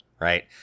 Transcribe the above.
right